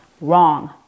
wrong